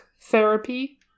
therapy